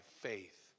faith